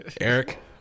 Eric